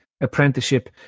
apprenticeship